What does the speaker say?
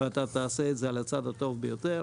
ואתה תעשה את זה על הצד הטוב ביותר.